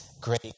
great